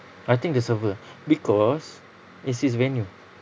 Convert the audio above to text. I think the server because it's his venue